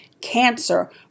Cancer